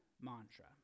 mantra